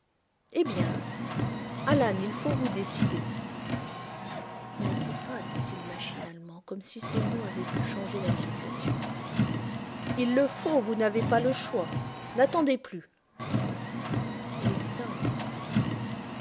eh bien alan il faut vous décider je ne peux pas dit-il machinalement comme si ces mots avaient pu changer la situation il le faut vous n'avez pas le choix n'attendez plus il hésita un instant